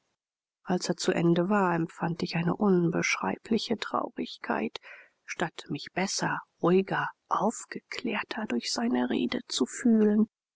als er zu ende war empfand ich eine unbeschreibliche traurigkeit anstatt mich besser ruhiger aufgeklärter durch seine rede zu fühlen